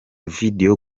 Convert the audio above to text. video